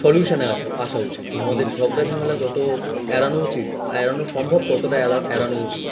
সলিউশানে আছে আসা উচিত আমাদের ঝগড়া ঝামেলা যত এড়ানো উচিত এড়ানো সম্ভব ততটা এলা এড়ানো উচিত